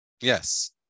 Yes